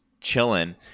chilling